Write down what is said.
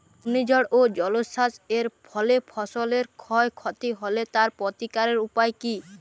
ঘূর্ণিঝড় ও জলোচ্ছ্বাস এর ফলে ফসলের ক্ষয় ক্ষতি হলে তার প্রতিকারের উপায় কী?